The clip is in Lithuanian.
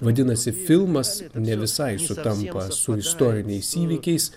vadinasi filmas ne visai sutampa su istoriniais įvykiais